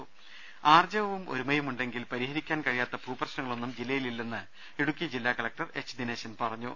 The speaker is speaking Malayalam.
രുമ്പ്പെട്ടിരു ആർജ്ജവവും ഒരുമയുമുണ്ടെങ്കിൽ പരിഹരിക്കാൻ കഴിയാത്ത ഭൂപ്രശ് നങ്ങളൊന്നും ജില്ലയിലില്ലെന്ന് ഇടുക്കി ജില്ലാ കലക്ടർ എച്ച് ദിനേശൻ പറഞ്ഞു